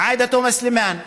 עאידה תומא סלימאן,